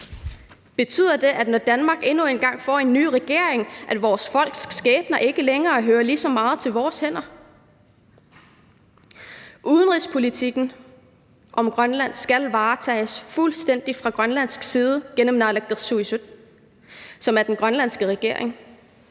skæbne, når Danmark endnu en gang får en ny regering, ikke længere ligger lige så meget i vores hænder? Udenrigspolitikken om Grønland skal varetages fuldstændig fra Grønlands side gennem Naalakkersuisut, som er den grønlandske regering.